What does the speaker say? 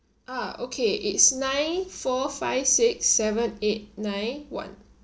ah okay it's nine four five six seven eight nine one